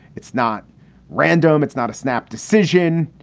it's not random. it's not a snap decision,